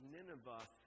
Nineveh